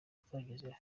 twagezeho